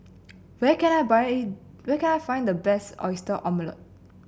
where can I buy where can I find the best Oyster Omelette